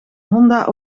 honda